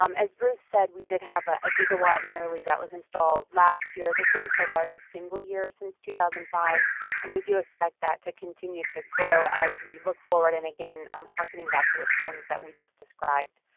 um as bruce said, we did have ah a gigawatt nearly that was installed last year. this was the largest single year since two thousand and five and we do expect that to continue to grow as we look forward and again, i'm harking back to the trends that we just described.